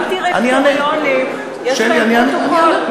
גם דירקטוריונים, יש להם פרוטוקול.